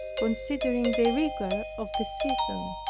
considering the rigor of the season.